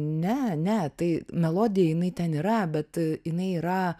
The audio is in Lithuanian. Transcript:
ne ne tai melodija jinai ten yra bet a jinai yra